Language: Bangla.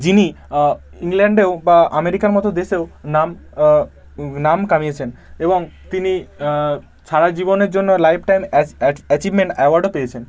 যিনি ইংল্যান্ডেও বা আমেরিকার মতো দেশেও নাম নাম কামিয়েছেন এবং তিনি সারা জীবনের জন্য লাইফ টাইম অ্যাচিভমেন্ট অ্যাওয়ার্ডও পেয়েছেন